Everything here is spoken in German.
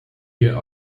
hier